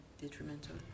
detrimental